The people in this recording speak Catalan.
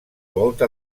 volta